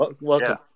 Welcome